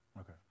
Okay